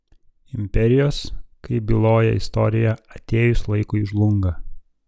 imperijos kaip byloja istorija atėjus laikui žlunga